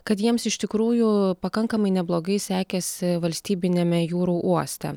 kad jiems iš tikrųjų pakankamai neblogai sekėsi valstybiniame jūrų uoste